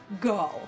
Go